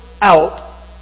out